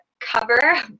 cover